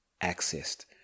accessed